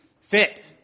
fit